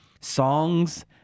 Songs